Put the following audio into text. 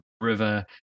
river